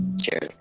Cheers